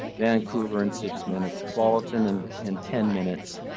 vancouver in six minutes, tualatin and in ten minutes,